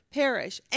perish